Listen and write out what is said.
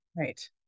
Right